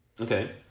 Okay